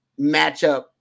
matchup